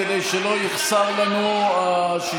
כדי שלא יחסרו לנו ה-61,